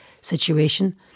situation